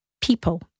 people